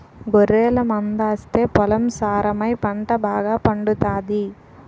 గొర్రెల మందాస్తే పొలం సారమై పంట బాగాపండుతాది